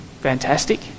fantastic